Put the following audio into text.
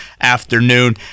afternoon